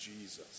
Jesus